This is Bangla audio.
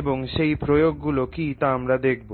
এবং সেই প্রয়োগগুলি কী তা আমরা দেখব